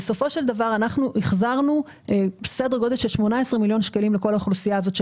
בסופו של דבר החזרנו סדר גודל של 18 מיליון שקלים לכל האוכלוסייה הזאת.